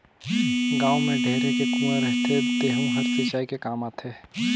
गाँव में ढेरे के कुँआ रहथे तेहूं हर सिंचई के काम आथे